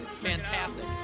Fantastic